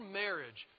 marriage